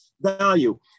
value